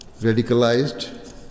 radicalized